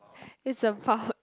it's about